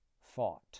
fought